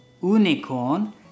unicorn